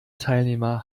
teilnehmer